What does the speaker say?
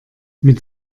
mit